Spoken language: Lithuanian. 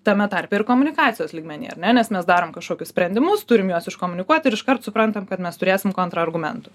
tame tarpe ir komunikacijos lygmenyje ar ne nes mes darom kažkokius sprendimus turim juos iškomunikuot ir iškart suprantam kad mes turėsim kontrargumentų